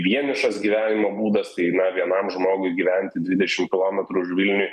vienišas gyvenimo būdas tai na vienam žmogui gyventi dvidešim kilometrų už vilniuj